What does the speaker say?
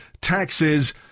taxes